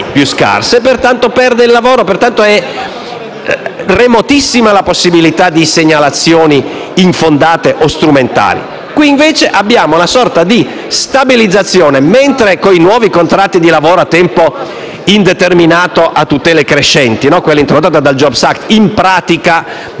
più scarse. Pertanto, perde il lavoro. È remotissima la possibilità di segnalazioni infondate o strumentali. Invece, abbiamo una sorta di stabilizzazione. Mentre con i nuovi contratti di lavoro a tempo indeterminato a tutele crescenti, introdotti dal *jobs act*, in pratica non